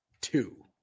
two